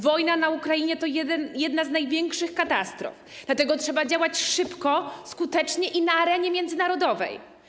Wojna na Ukrainie to jedna z największych katastrof, dlatego trzeba działać szybko i skutecznie na arenie międzynarodowej.